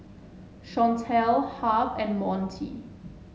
Shantel Harve and Montie